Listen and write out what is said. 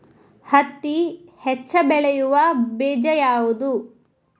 ಹತ್ತಿ ಹೆಚ್ಚ ಬೆಳೆಯುವ ಬೇಜ ಯಾವುದು?